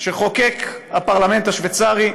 שחוקק הפרלמנט השוויצרי,